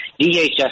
DHS